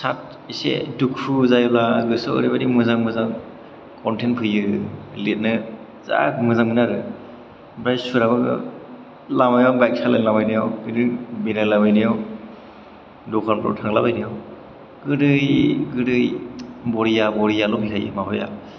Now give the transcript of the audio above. थाब इसे दुखु जायोब्ला गोसोयाव ओरैबायदि मोजां कनटेन्ट फैयो लिरनो जा मोजां मोनो आरो ओमफ्राय सुराबो लामायाव बाइग सालायला बायनायाव बिदिनो बेरायलाबायनयाव दखानफ्राव थांला बायनायाव गोदै गोदै बरिया बरियाल' फैखायो माबाया